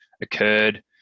occurred